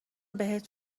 بهت